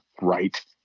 right